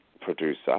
producer